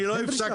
אין דרישה.